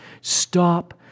stop